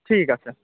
ঠিক আছে